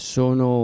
sono